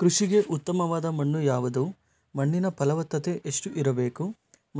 ಕೃಷಿಗೆ ಉತ್ತಮವಾದ ಮಣ್ಣು ಯಾವುದು, ಮಣ್ಣಿನ ಫಲವತ್ತತೆ ಎಷ್ಟು ಇರಬೇಕು